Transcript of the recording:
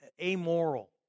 amoral